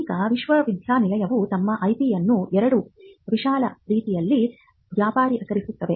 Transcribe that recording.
ಈಗ ವಿಶ್ವವಿದ್ಯಾನಿಲಯಗಳು ತಮ್ಮ ಐಪಿಯನ್ನು ಎರಡು ವಿಶಾಲ ರೀತಿಯಲ್ಲಿ ವ್ಯಾಪಾರೀಕರಿಸುತ್ತವೆ